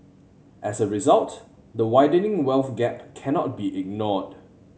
as a result the widening wealth gap cannot be ignored